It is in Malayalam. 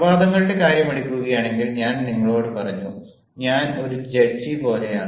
സംവാദങ്ങളുടെ കാര്യമെടുക്കുകയാണെങ്കിൽ ഞാൻ നിങ്ങളോട് പറഞ്ഞു ഞാൻ ഒരു ജഡ്ജി പോലെയാണ്